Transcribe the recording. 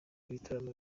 ibitaramo